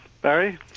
Barry